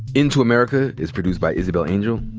into america is produced by isabel angel,